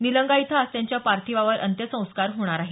निलंगा इथं आज त्यांच्या पार्थिवावर अंत्यसंस्कार केले जाणार आहेत